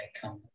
come